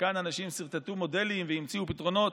כאן האנשים סרטטו מודלים והמציאו פתרונות,